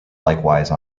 likewise